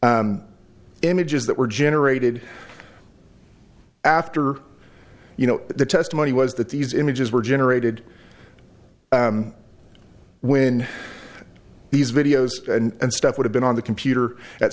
images that were generated after you know the testimony was that these images were generated when these videos and stuff would have been on the computer at